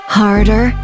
harder